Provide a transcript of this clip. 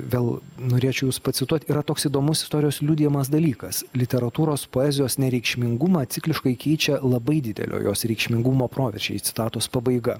vėl norėčiau jus pacituot yra toks įdomus istorijos liudijamas dalykas literatūros poezijos nereikšmingumą cikliškai keičia labai didelio jos reikšmingumo proveržiai citatos pabaiga